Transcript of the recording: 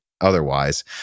otherwise